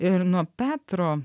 ir nuo petro